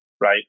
Right